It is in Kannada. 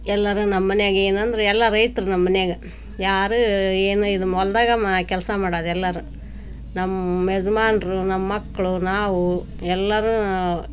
ಎಲ್ಲರೂ ನಮ್ಮಮನ್ಯಾಗ ಏನಂದರೆ ಎಲ್ಲ ರೈತರು ನಮ್ಮಮನ್ಯಾಗ ಯಾರು ಏನು ಇದು ಹೊಲದಾಗ ಕೆಲಸ ಮಾಡೋದೆಲ್ಲರೂ ನಮ್ಮ ಯಜಮಾನ್ರು ನಮ್ಮಮಕ್ಳು ನಾವು ಎಲ್ಲರೂ